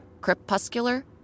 Crepuscular